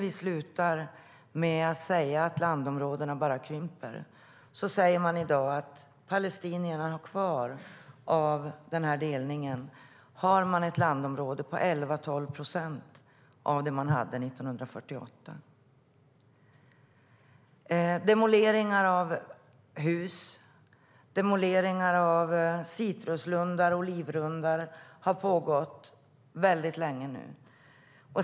I dag har palestinierna kvar ca 12 procent av det landområde de hade 1948.Demolering av hus och av citrus och olivlundar har pågått länge.